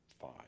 five